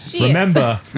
Remember